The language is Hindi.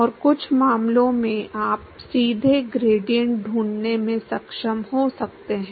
और कुछ मामलों में आप सीधे ग्रेडिएंट ढूंढने में सक्षम हो सकते हैं